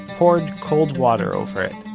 poured cold water over it,